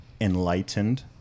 enlightened